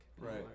Right